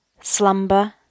slumber